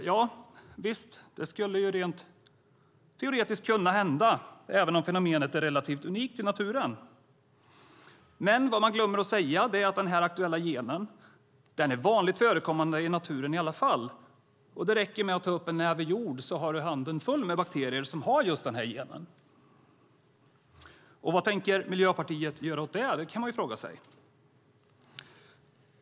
Javisst, det skulle rent teoretiskt kunna hända, även om fenomenet är relativt unikt i naturen. Vad man glömmer att säga är att den aktuella genen är vanligt förekommande i naturen i alla fall. Det räcker med att ta upp en näve jord så har man handen full med bakterier som har just den här genen. Vad tänker Miljöpartiet göra åt det? Det kan man fråga sig.